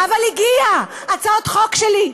אבל הגיעה הצעת חוק שלי,